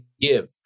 give